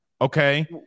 Okay